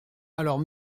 alors